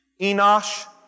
Enosh